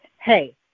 Hey